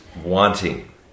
wanting